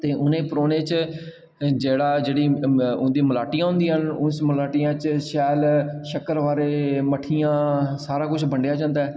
ते उ'नें परौह्ने च जेह्ड़ा उं'दी जेह्ड़ी मलाटियां होंदियां न ते उस मलाटियां च शैल शक्करबारे मट्ठियां सारा किश बंडेआ जंदा ऐ